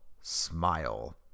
Smile